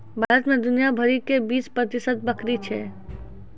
भारत मे दुनिया भरि के बीस प्रतिशत बकरी छै